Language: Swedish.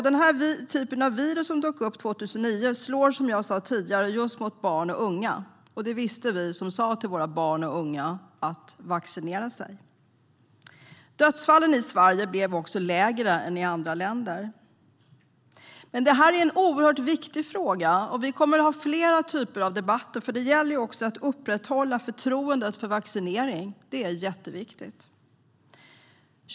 Den typ av virus som dök upp 2009 slår mot barn och unga, och det visste vi som sa till våra barn och unga att vaccinera sig. Antalet dödsfall blev också lägre i Sverige än i andra länder. Men det här är en oerhört viktig fråga, och vi kommer att ha flera debatter om den. Det gäller ju att upprätthålla förtroendet för vaccinering. Det är jätteviktigt.